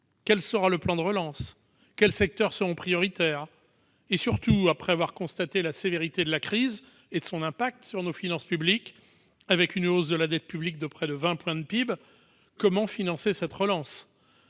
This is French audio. Quel sera le plan de relance ? Quels secteurs seront prioritaires ? Surtout, après avoir constaté la sévérité de la crise et de son impact sur nos finances publiques, avec une hausse de la dette publique de près de 20 points de PIB, comment financer cette relance ?